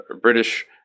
British